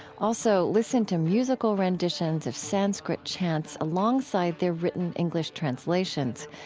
also, listen to musical renditions of sanskrit chants alongside their written english translations.